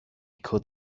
could